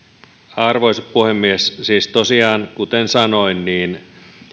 arvoisa puhemies siis tosiaan kuten sanoin